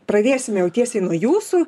pradėsime jau tiesiai nuo jūsų